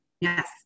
Yes